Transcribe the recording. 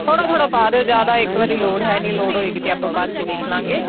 ਥੋੜ੍ਹਾ ਥੋੜ੍ਹਾ ਪਾ ਦਿਓ ਜ਼ਿਆਦਾ ਇੱਕ ਵਾਰੀ ਲੋੜ ਹੈ ਨਹੀਂ ਲੋੜ ਹੋਏਗੀ ਤਾਂ ਆਪਾਂ ਬਾਅਦ 'ਚ ਵੇਖ ਲਵਾਂਗੇ